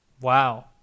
Wow